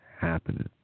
happening